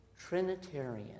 Trinitarian